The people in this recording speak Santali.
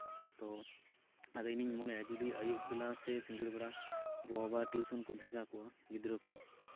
ᱛᱳ ᱤᱧ ᱫᱩᱧ ᱢᱚᱱᱮᱭᱟ ᱡᱩᱫᱤ ᱟᱹᱭᱩᱵ ᱵᱮᱞᱟ ᱥᱮ ᱥᱤᱸᱜᱟᱲ ᱵᱮᱲᱟ ᱜᱚ ᱵᱟᱵᱟ ᱴᱤᱭᱩᱥᱚᱱ ᱠᱚ ᱵᱷᱮᱡᱟ ᱠᱚᱣᱟ ᱜᱤᱫᱽᱨᱟᱹ ᱠᱩ